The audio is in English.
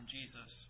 Jesus